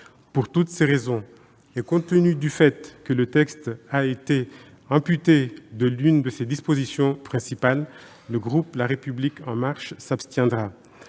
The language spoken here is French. Pour toutes ces raisons, et compte tenu du fait que le texte a été amputé de l'une de ses dispositions principales, le groupe La République En Marche s'abstiendra.